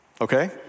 okay